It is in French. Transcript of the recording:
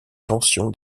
tension